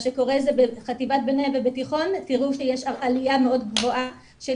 מה שקורה שתראו שיש עלייה מאוד גבוהה בחטיבת